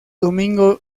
domingo